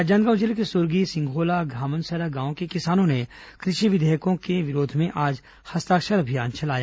राजनांदगांव जिले के सुरगी सिंघोला धामनसरा गांव के किसानों ने कृषि विधेयकों के विरोध में आज हस्ताक्षर अभियान चलाया